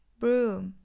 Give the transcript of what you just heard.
broom